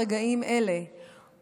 ברגעים אלה,